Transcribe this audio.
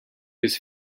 was